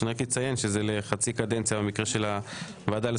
רק לציין שזה חצי קדנציה במקרה של הוועדה המיוחדת